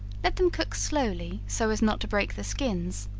let them cook slowly, so as not to break the skins,